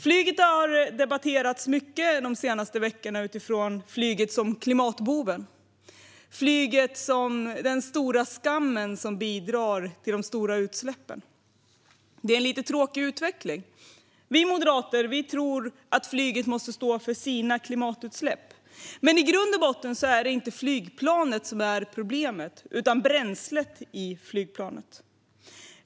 Flyget har debatterats mycket under de senaste veckorna utifrån flyget som klimatboven och utifrån flyget som den stora skammen som bidrar till de stora utsläppen. Det är en lite tråkig utveckling. Vi moderater tror att flyget måste stå för sina klimatutsläpp. Men i grund och botten är det inte flygplanet som är problemet utan bränslet i flygplanet.